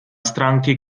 stránky